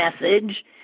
message